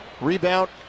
Rebound